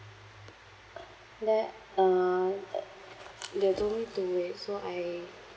then uh the they told me to wait so I